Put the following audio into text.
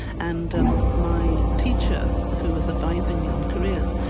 and um my teacher, who was advising me on careers,